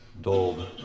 dulled